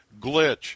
glitch